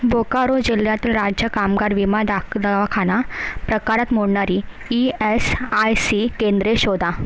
बोकारो जिल्ह्यातील राज्य कामगार विमा दाख दवाखाना प्रकारात मोडणारी ई एस आय सी केंद्रे शोधा